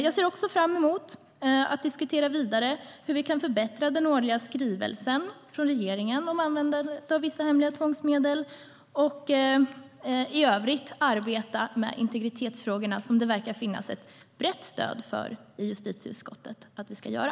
Jag ser fram emot att diskutera vidare hur vi kan förbättra den årliga skrivelsen från regeringen om användandet av vissa hemliga tvångsmedel och hur vi i övrigt kan arbeta med integritetsfrågorna, vilket det verkar finnas ett brett stöd i justitieutskottet för att vi ska göra.